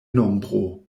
nombro